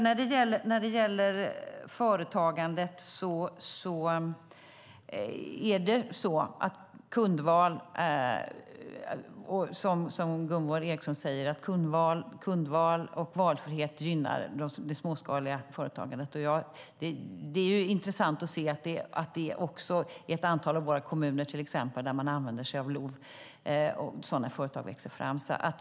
När det gäller företagandet är det så som Gunvor G Ericson säger att kundval och valfrihet gynnar det småskaliga företagandet. Det är intressant att se att det är ett antal av våra kommuner till exempel som använder sig av LOV, och att sådana företag växer fram.